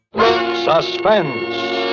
Suspense